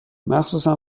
مخصوصا